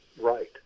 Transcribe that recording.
right